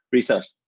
Research